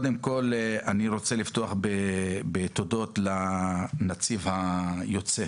אני רוצה לפתוח בתודות לנציב היוצא